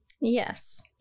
Yes